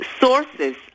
sources